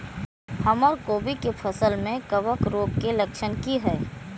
हमर कोबी के फसल में कवक रोग के लक्षण की हय?